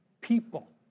people